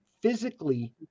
physically